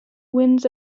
winds